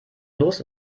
los